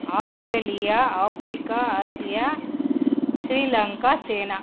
Australia Africa Asia Sri Lanka China